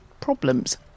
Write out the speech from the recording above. problems